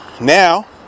now